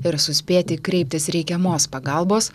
ir suspėti kreiptis reikiamos pagalbos